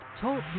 Talk